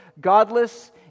godless